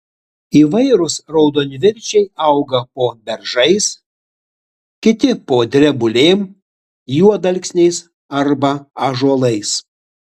įvairūs raudonviršiai auga po beržais kiti po drebulėm juodalksniais arba ąžuolais